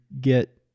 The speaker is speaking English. get